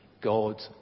God